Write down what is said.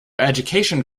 education